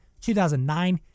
2009